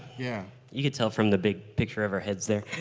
yeah. you can tell from the big picture of our heads there.